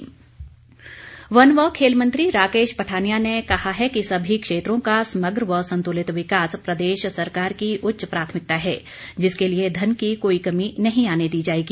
राकेश पठानिया वन व खेल मंत्री राकेश पठानिया ने कहा है कि सभी क्षेत्रों का समग्र व संतुलित विकास प्रदेश सरकार की उच्च प्राथमिकता है जिसके लिए धन की कोई कमी नहीं आने दी जाएगी